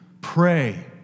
pray